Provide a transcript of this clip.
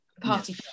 party